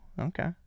Okay